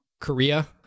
Korea